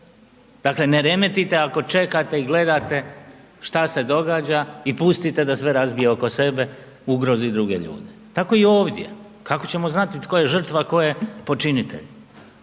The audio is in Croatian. Dakle, ne remetite ako čekate i gledate što se događa i pustite da sve razbije oko sebe, ugrozi druge ljude. Tako i ovdje. Kako ćemo znati tko je žrtva, a tko je počinitelj?